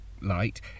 light